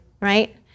right